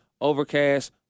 Overcast